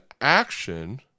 action